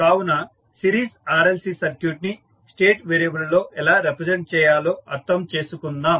కావున series RLC circuit ని state variable లలో ఎలా రిప్రజెంట్ చేయాలో అర్థం చేసుకుందాం